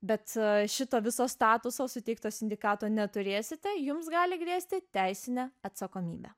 bet šito viso statuso suteikto sindikato neturėsite jums gali grėsti teisinė atsakomybė